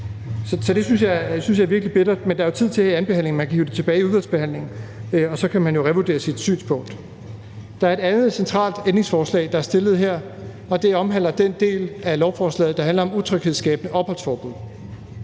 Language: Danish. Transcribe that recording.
Så det synes jeg er virkelig bittert, men der er tid til i andenbehandlingen, at man kan hive det tilbage i udvalgsbehandling, og så kan man jo revurdere sit synspunkt. Der er et andet centralt ændringsforslag, der er stillet her. Det omhandler den del af lovforslaget, der handler om tryghedsskabende opholdsforbud.